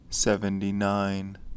Seventy-nine